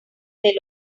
del